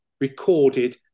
recorded